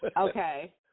okay